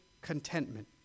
contentment